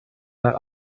nach